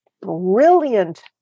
brilliant